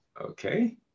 okay